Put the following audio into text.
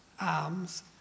arms